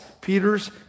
Peter's